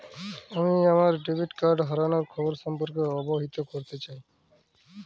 আমি আমার debit card হারানোর খবর সম্পর্কে অবহিত করতে চাই